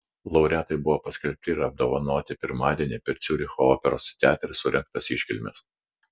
laureatai buvo paskelbti ir apdovanoti pirmadienį per ciuricho operos teatre surengtas iškilmes